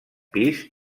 pis